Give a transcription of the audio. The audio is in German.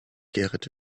gerrit